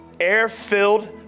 air-filled